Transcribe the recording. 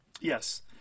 Yes